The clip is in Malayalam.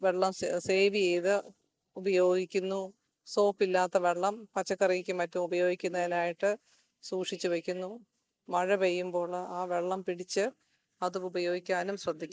വെള്ളം സേവ് ചെയ്ത് ഉപയോഗിക്കുന്നു സോപ്പ് ഇല്ലാത്ത വെള്ളം പച്ചക്കറിക്കും മറ്റും ഉപയോഗിക്കുന്നതിനായിട്ട് സൂക്ഷിച്ചുവെക്കുന്നു മഴ പെയ്യുമ്പോൾ ആ വെള്ളം പിടിച്ച് അത് ഉപയോഗിക്കാനും ശ്രദ്ധിക്കുന്നു